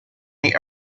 may